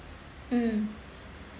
mm